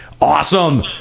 Awesome